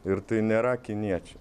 ir tai nėra kiniečiai